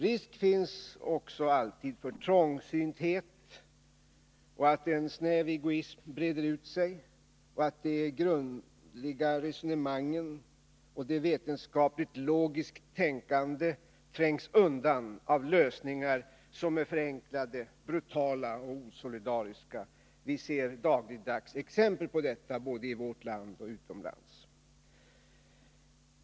Risk finns också alltid för trångsynthet och för att en snäv egoism breder ut sig, att de grundliga resonemangen och ett vetenskapligt logiskt tänkande trängs undan av lösningar som är förenklade, brutala och osolidariska. Vi ser dagligdags exempel på detta både i vårt land och utomlands.